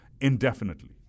indefinitely